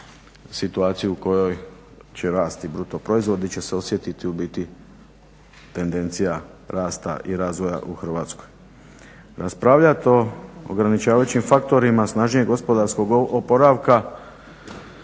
situaciju u kojoj će rasti brutoproizvod di će se osjetiti u biti tendencija rasta i razvoja u Hrvatskoj. Raspravljat o ograničavajućim faktorima snažnijeg gospodarskog oporavka